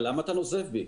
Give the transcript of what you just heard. למה אתה נוזף בי?